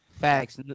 Facts